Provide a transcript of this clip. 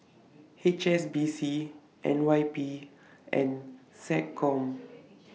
H S B C N Y P and Seccom